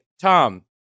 Tom